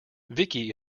vicky